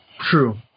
true